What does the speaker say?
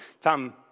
Tom